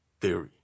theory